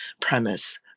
premise